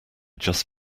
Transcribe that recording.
just